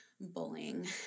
bullying